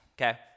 okay